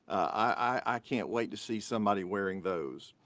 i can't wait to see somebody wearing those.